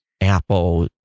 apple